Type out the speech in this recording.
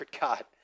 God